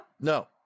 no